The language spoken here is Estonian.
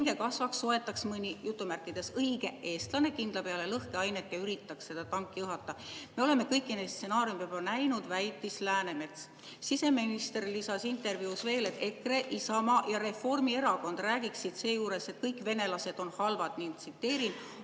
pinge kasvaks, soetaks mõni "õige" eestlane kindlapeale lõhkeainet ja üritaks seda tanki õhata. Me oleme kõiki neid stsenaariume juba näinud," väitis Läänemets." Siseminister lisas intervjuus veel, et EKRE, Isamaa ja Reformierakond räägiksid seejuures, et kõik venelased on halvad. Tsiteerin: